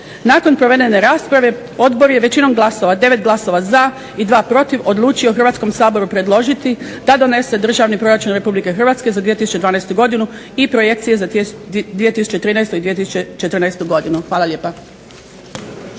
Nakon provedene rasprave Odbor je većinom glasova, 9 glasova za i 2 protiv, odlučio Hrvatskom saboru predložiti da donese Državni proračun Republike Hrvatske za 2012. godinu i projekcije za 2013. i 2014. godinu. Hvala lijepa.